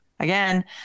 Again